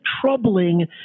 troubling